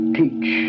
teach